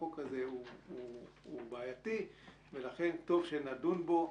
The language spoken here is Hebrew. החוק הזה הוא בעייתי ולכן טוב שנדון בו,